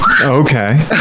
okay